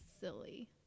silly